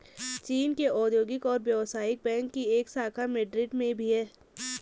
चीन के औद्योगिक और व्यवसायिक बैंक की एक शाखा मैड्रिड में भी है